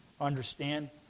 Understand